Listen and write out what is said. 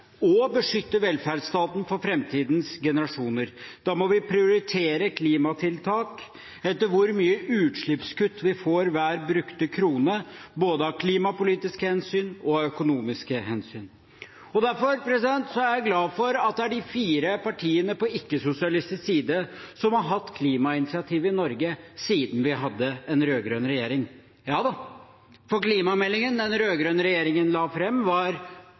å beskytte velferdsstaten for framtidens generasjoner. Da må vi prioritere klimatiltak etter hvor mye utslippskutt vi får for hver brukte krone, av både klimapolitiske hensyn og økonomiske hensyn. Derfor er jeg glad for at det er de fire partiene på ikke-sosialistisk side som har hatt klimainitiativet i Norge siden vi hadde en rød-grønn regjering, for klimameldingen som den rød-grønne regjeringen la